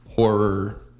horror